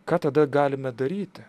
ką tada galime daryti